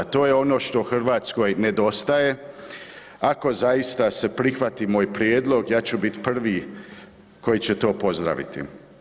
To je ono što Hrvatskoj nedostaje ako zaista prihvati moj prijedlog ja ću biti prvi koji će to pozdraviti.